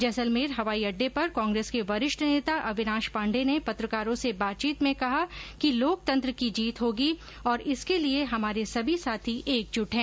जैसलमेर हवाई अड्डे पर कांग्रेस के वरिष्ठ नेता अविनाश पांडे ने पत्रकारों से बातचीत में कहा कि लोकतंत्र की जीत होगी और इसके लिए हमारे सभी साथी एकजुट हैं